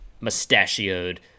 mustachioed